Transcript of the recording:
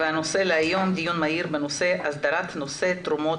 הנושא הוא דיון מהיר בנושא הסדרת נושא תרומות